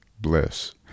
bliss